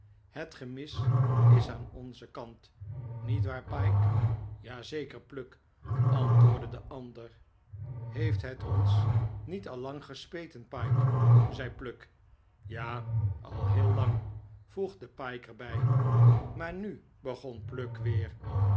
het gemis is aan onzen kant niet waar pyke ja zeker pluck antwoordde de ander heeft het ons niet al lang gespeten pyke zei pluck ja al heel lang voegde pyke er bij maar hu begon pluck weer